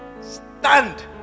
stand